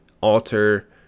alter